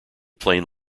plane